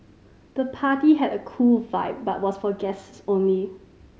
the party had a cool vibe but was for guests only